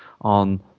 on